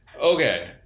Okay